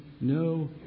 no